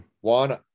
One